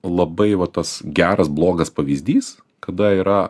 labai va tas geras blogas pavyzdys kada yra